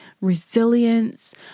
resilience